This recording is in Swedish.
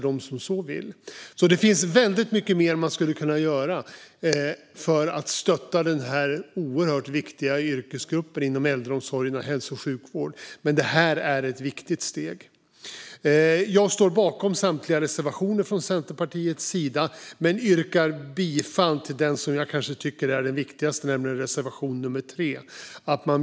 Det finns mycket mer som kan göras för att stötta denna oerhört viktiga yrkesgrupp inom äldreomsorgen och hälso och sjukvården, men det här är ett viktigt steg. Jag står bakom samtliga reservationer från Centerpartiets sida, men jag yrkar bifall endast till den som jag tycker är viktigast, nämligen reservation 3.